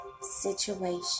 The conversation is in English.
situation